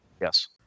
Yes